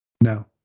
No